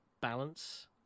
balance